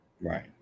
Right